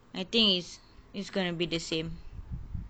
I think is it's gonna be the same